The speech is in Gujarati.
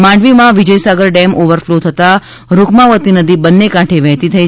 માંડવીમાં વિજયસાગર ડેમ ઓવરફલો થતા રૂકમાવતી નદી બંને કાંઠે વહેતી થઇ